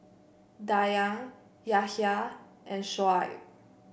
Dayang Yahya and Shoaib